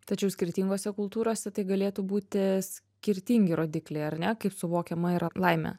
yačiau skirtingose kultūrose tai galėtų būti skirtingi rodikliai ar ne kaip suvokiama yra laimė